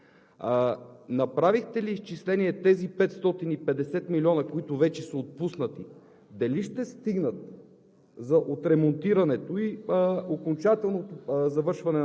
два конкретни въпроса и искам ясни и точни отговори. Направихте ли изчисления тези 550 милиона, които вече са отпуснати, дали ще стигнат